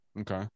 Okay